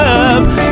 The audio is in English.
up